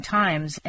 times